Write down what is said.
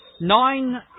Nine